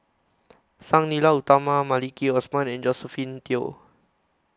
Sang Nila Utama Maliki Osman and Josephine Teo